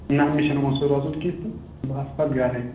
نہَ مےٚ چھُنہٕ یِمَن سٟتۍ روزُن کیٚنٛہہ تہٕ بہٕ آسہٕ پَتہٕ گَرے